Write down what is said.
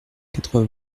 quatre